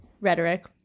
rhetoric